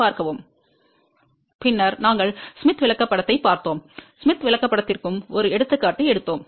பின்னர் நாங்கள் ஸ்மித் விளக்கப்படத்தைப் பார்த்தோம் ஸ்மித் விளக்கப்படத்திற்கும் ஒரு எடுத்துக்காட்டு எடுத்தோம்